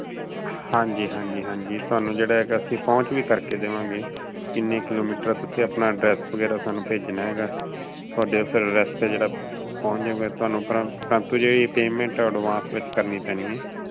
ਹਾਂਜੀ ਹਾਂਜੀ ਹਾਂਜੀ ਤੁਹਾਨੂੰ ਜਿਹੜਾ ਹੈਗਾ ਅਸੀਂ ਪਹੁੰਚ ਵੀ ਕਰਕੇ ਦੇਵਾਂਗੇ ਕਿੰਨੇ ਕਿਲੋਮੀਟਰ ਹੈ ਤੁਸੀਂ ਆਪਣਾ ਐਡਰੈਸ ਵਗੈਰਾ ਸਾਨੂੰ ਭੇਜਣਾ ਹੈਗਾ ਤੁਹਾਡੇ ਫਿਰ ਐਡਰੈਸ 'ਤੇ ਜਿਹੜਾ ਪਹੁੰਚ ਜਾਊਗਾ ਤੁਹਾਨੂੰ ਪ੍ਰ ਪ੍ਰੰਤੂ ਜਿਹੜੀ ਪੇਮੈਂਟ ਐਡਵਾਂਸ ਵਿੱਚ ਕਰਨੀ ਪੈਣੀ ਹੈ